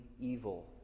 evil